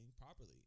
properly